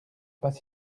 pas